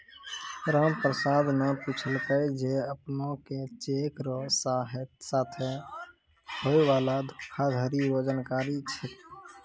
रामप्रसाद न पूछलकै जे अपने के चेक र साथे होय वाला धोखाधरी रो जानकारी छै?